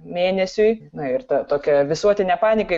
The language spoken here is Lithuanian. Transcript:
mėnesiui na ir ta tokia visuotinė panika